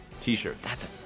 T-shirts